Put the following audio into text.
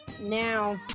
now